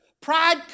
Pride